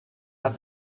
have